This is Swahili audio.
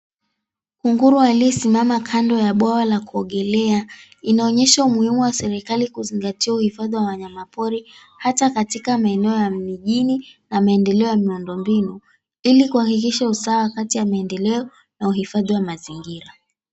Kunguru aliyesimama kando ya bwawa la kuogelea inaonyesha umuhimu wa serikali kuzingatia uhifadhi wa wanyama pori hata katika maeneo ya mijini na maendeleo ya miuundo mbinu ili kuhakikisha usawa kati ya maendeleo na uhifadhi ya mazingira.